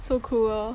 so cruel